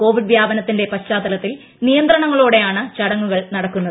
Covid വ്യാപനത്തിന്റെ പശ്ചാത്തലത്തിൽ നിയന്ത്രണങ്ങളോടെയാണ് ചടങ്ങുകൾ നടക്കുന്നത്